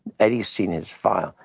eddie's seen his file.